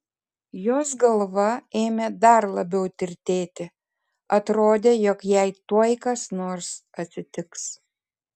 jos galva ėmė dar labiau tirtėti atrodė jog jai tuoj kas nors atsitiks